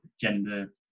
gender